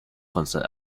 concert